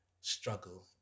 struggle